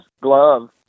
glove